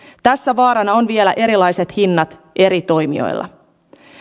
tässä vaarana ovat vielä erilaiset hinnat eri toimijoilla